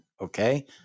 okay